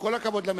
הבנתי